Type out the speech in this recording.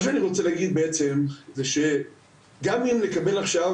מה שאני רוצה להגיד בעצם זה שגם אם נקבל עכשיו